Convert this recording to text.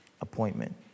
appointment